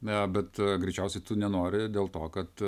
na bet greičiausiai tu nenori dėl to kad